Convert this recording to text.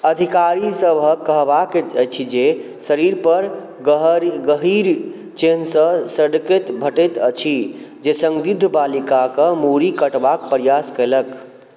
अधिकारीसबके कहबाके अछि जे शरीरपर गहरी गहीँर चेन्हसँ सङ्केत भेटैत अछि जे सन्दिग्ध बालिकाके मूड़ी कटबाके प्रयास कएलक